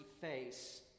face